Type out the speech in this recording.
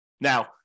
Now